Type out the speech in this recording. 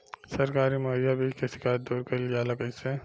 सरकारी मुहैया बीज के शिकायत दूर कईल जाला कईसे?